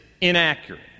inaccurate